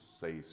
say